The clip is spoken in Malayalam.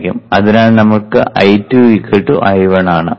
അതിനാൽ നമ്മൾക്ക് I2 I1 ആണ്